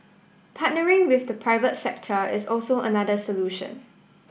partnering with the private sector is also another solution